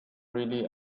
really